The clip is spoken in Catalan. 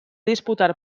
disputar